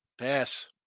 Pass